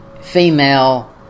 female